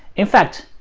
in fact,